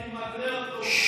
הייתי מגלה אותו,